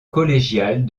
collégiale